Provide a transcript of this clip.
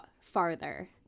farther